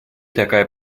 такая